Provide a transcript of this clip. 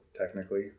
technically